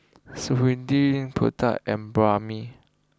Sudhir Pratap and